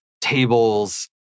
tables